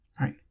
right